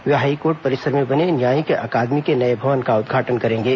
वे high court परिसर में बने न्यायिक अकादमी के नए भवन का उद्घाटन करेंगे